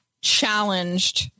challenged